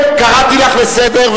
קראתי אותך לסדר,